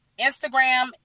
Instagram